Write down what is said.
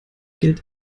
geld